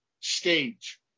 stage